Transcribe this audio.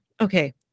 okay